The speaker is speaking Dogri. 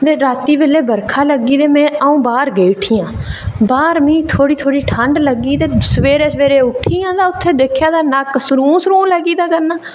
ते राती बेल्लै बरखा लग्गी ते अ'ऊं बाह्र गेई उठी आं बाहर मिगी थोह्ड़ी थोह्ड़ी ठंड लग्गी ते सवेरे सवेरे दिक्खेआ तां नक्क सरूं सरूं लग्गी दा करना